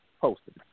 Posted